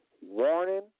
warning